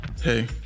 Hey